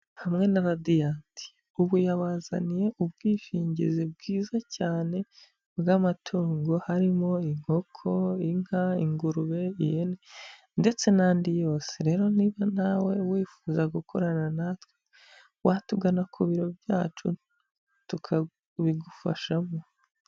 Hamwe na Radiant, ubu yabazaniye ubwishingizi bwiza cyane bw'amatungo harimo inkoko, inka, ingurube ndetse n'andi yose, rero niba nawe wifuza gukorana natwe watugana ku biro byacu tukabigufashamo.